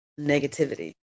negativity